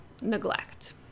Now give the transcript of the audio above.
neglect